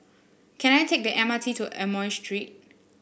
can I take the M R T to Amoy Street